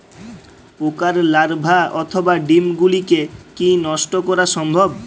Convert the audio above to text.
পোকার লার্ভা অথবা ডিম গুলিকে কী নষ্ট করা সম্ভব?